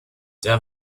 der